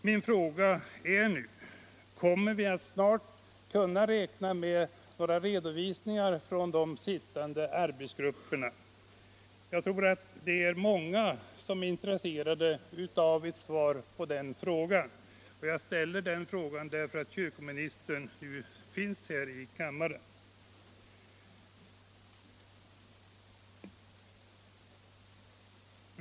Min fråga är nu: Kommer vi snart att kunna räkna med några redovisningar från de sittande arbetsgrupperna? Jag tror att det är många som är intresserade av ett svar på denna fråga. Jag vill ställa den här, eftersom kyrkoministern finns i kammaren i dag.